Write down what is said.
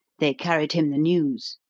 they carried him the news.